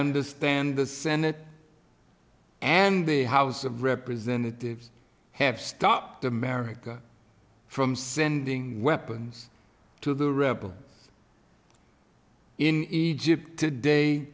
understand the senate and the house of representatives have stopped america from sending weapons to the rebels in egypt today